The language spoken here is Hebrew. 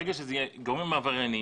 ברגע שזה יהיה גורמים עברייניים,